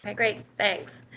um and great things.